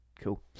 cool